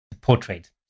portrait